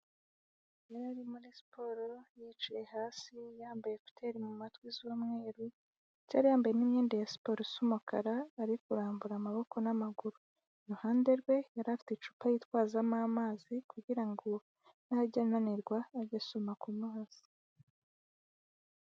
Yari ari muri siporo yicaye hasi, yambaye ekuteri mu matwi z'umweru, yari yambaye n'imyenda ya siporo isa umukara, ari kurambura amaboko n'amaguru. Iruhande rwe yari afite icupa yitwazamo amazi kugira ngo najya ananirwa ajye asoma ku mazi.